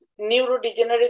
neurodegenerative